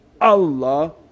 Allah